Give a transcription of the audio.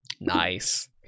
Nice